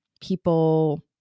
people